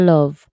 Love